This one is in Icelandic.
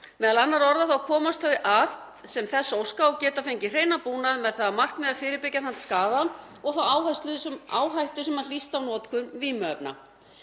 Meðal annarra orða þá komast þau að sem þess óska og geta fengið hreinan búnað með það að markmiði að fyrirbyggja þann skaða og þá áhættu sem hlýst af notkun vímuefna.